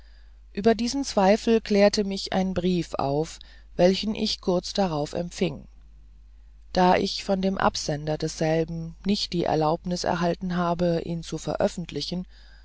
über diesen zweifel klärte mich ein brief auf welchen ich kurz darauf empfing da ich von dem absender desselben nicht die erlaubnis erhalten habe ihn zu veröffentlichen